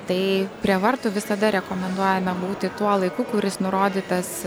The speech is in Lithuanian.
tai prie vartų visada rekomenduojame būti tuo laiku kuris nurodytas